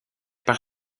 par